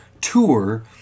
tour